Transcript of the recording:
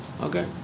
Okay